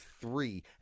three